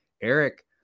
Eric